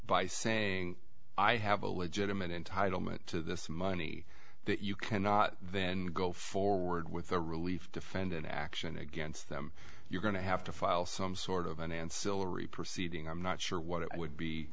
by saying i have a legitimate entitlement to this money that you cannot then go forward with the relief defend an action against them you're going to have to file some sort of an end syllabary proceeding i'm not sure what it would be